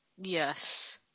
yes